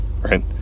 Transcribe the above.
Right